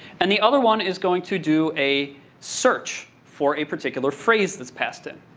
and the other one is going to do a search for a particular phrase that's passed in.